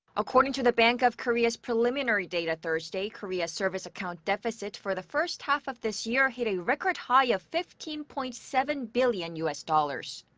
according to the bank of korea's preliminary data thursday, korea's service account deficit for the first half of this year hit a record high of fifteen point seven billion u s. dollars.